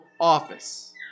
office